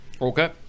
Okay